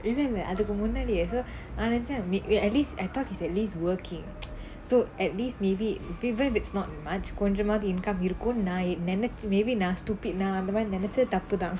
இல்ல இல்ல அதுக்கு முன்னாடி நான் நினைச்சேன்:illa illa athukku munnaadi naan ninaichaen at least I thought he is at least working so at least maybe even if it's not much கொஞ்சம் ஆச்சி:konjam aachi income இருக்கும் நான் நினைச்சேன்:irukkum naan ninaichaen maybe நான்:naan stupid நான் நெனைச்சது தப்பு தான்:naan nenaichathu thappu thaan